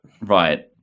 Right